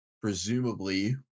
presumably